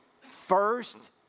First